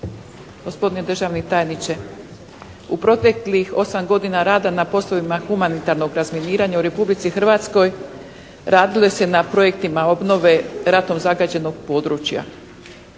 gospodine državni tajniče! U proteklih osam godina rada na poslovima humanitarnog razminiranja u Republici Hrvatskoj radilo se na projektima obnove ratom zahvaćenog područja,